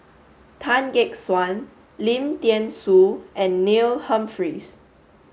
Tan Gek Suan Lim Thean Soo and Neil Humphreys